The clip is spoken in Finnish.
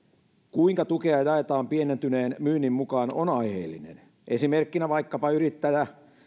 kuinka tukea jaetaan pienentyneen myynnin mukaan on aiheellinen esimerkkinä vaikkapa yrittäjä